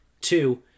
Two